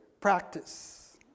practice